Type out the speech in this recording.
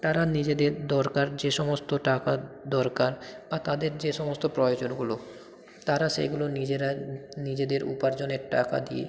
তারা নিজেদের দরকার যে সমস্ত টাকার দরকার বা তাদের যে সমস্ত প্রয়োজনগুলো তারা সেগুলো নিজেরা নিজেদের উপার্জনের টাকা দিয়ে